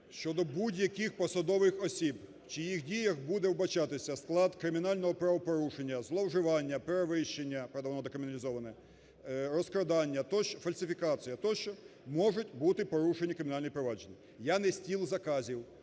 Щодо будь-яких посадових осіб в чиїх діях буде вбачатися склад кримінального правопорушення, зловживання, перевищення (правда воно декриміналізоване), розкрадання тощо, фальсифікація тощо, можуть бути порушені кримінальні провадження. Я не "стіл заказів",